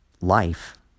life